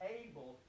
able